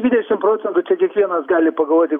dvidešimt procentų tai kiekvienas gali pagalvoti